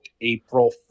April